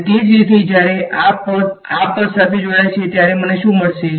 અને તે જ રીતે જ્યારે આ પદ આ પદ સાથે જોડાય છે ત્યારે મને શું મળે છે